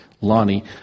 Lonnie